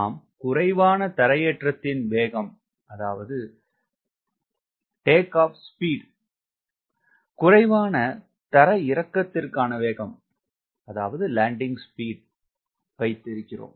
நாம் குறைவான தரையேற்றத்தின் வேகம் குறைவான தரையிறக்கத்திற்கான வேகம் வைத்து இருக்கிறோம்